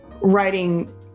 writing